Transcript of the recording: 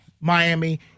Miami